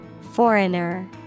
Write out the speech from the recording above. Foreigner